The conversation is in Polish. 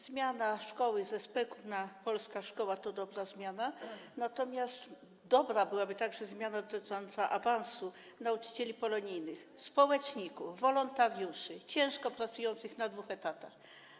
Zmiana szkoły z SPK na Polska Szkoła to dobra zmiana, natomiast dobra byłaby także zmiana dotycząca awansu nauczycieli polonijnych, społeczników, wolontariuszy ciężko pracujących na dwóch etatach.